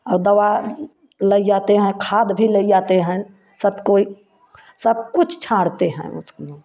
और दवा लइ जाते हैं खाद भी लइ आते हैं सब कोई सब कुछ छाँड़ते हैं उसमें